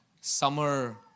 summer